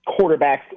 quarterbacks